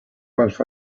ألف